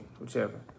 whichever